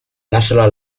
lasciala